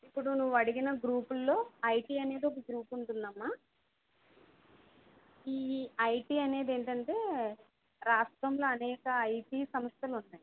ఇప్పుడు నువ్వు అడిగిన గ్రూపుల్లో ఐటి అనేది ఒక గ్రూపు ఉంటుంది అమ్మా ఈ ఐటి అనేది ఏంటంటే రాష్ట్రంలో అనేక ఐటి సంస్థలు ఉన్నాయి